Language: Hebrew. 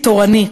תורנית.